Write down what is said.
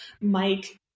Mike